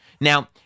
Now